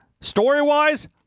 Story-wise